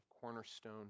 Cornerstone